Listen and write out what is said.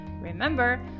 Remember